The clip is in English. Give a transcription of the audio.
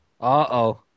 Uh-oh